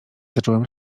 zacząłem